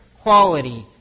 quality